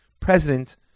president